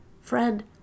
Friend